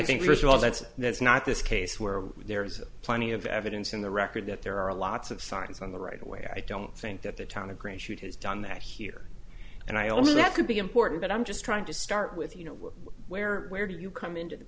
think first of all that's a that's not this case where there is plenty of evidence in the record that there are lots of signs on the right away i don't think that the town of gray should has done that here and i also that could be important but i'm just trying to start with you know where where do you come into the